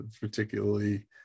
particularly